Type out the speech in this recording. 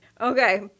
Okay